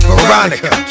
Veronica